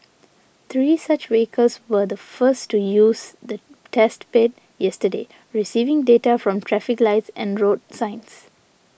three such vehicles were the first to use the test bed yesterday receiving data from traffic lights and road signs